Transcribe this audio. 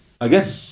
Again